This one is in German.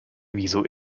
wieso